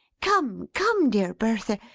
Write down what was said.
come come, dear bertha!